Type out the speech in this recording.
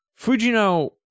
Fujino